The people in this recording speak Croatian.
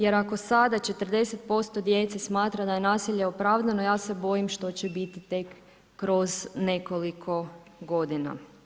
Jer ako sada 40% djece smatra da je nasilje opravdano, ja se bojim što će biti tek kroz nekoliko godina.